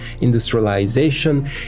industrialization